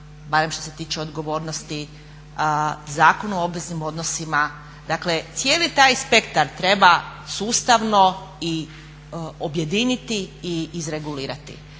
barem što se tiče odgovornosti, Zakonu o obveznim odnosima dakle cijeli taj spektar treba sustavno objediniti i izregulirati.